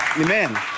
amen